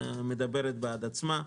שמדברת בעד עצמה,